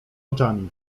oczami